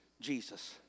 Jesus